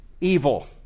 evil